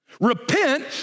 Repent